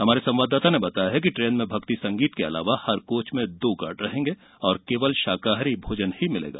हमारे संवाददाता ने बताया है कि ट्रेन में भक्ति संगीत के अलावा हर कोच में दो गार्ड और केवल शाकाहारी भोजन ही मिलेगा